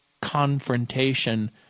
confrontation